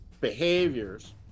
behaviors